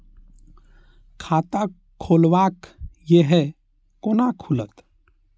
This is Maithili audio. खाता खोलवाक यै है कोना खुलत?